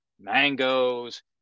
mangoes